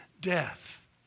death